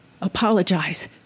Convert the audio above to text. apologize